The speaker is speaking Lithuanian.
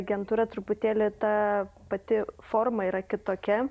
agentūra truputėlį ta pati forma yra kitokia